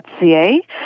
ca